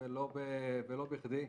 ולא בכדי.